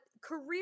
career